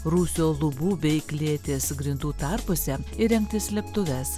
rūsio lubų bei klėties grindų tarpuose įrengti slėptuves